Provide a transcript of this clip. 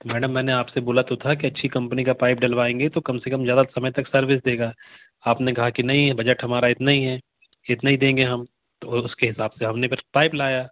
तो मैडम मैंने आप से बोला तो था कि अच्छी कम्पनी का पाइप डलवाएंगे तो कम से काम ज़्यादा समय तक सर्विस देगा आपने कहा कि नहीं है बजट हमारा इतना ही है इतना ही देंगे हम तो वो उसके हिसाब से हम ने फिर पाइप लाया